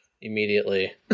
immediately